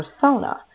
persona